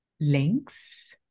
links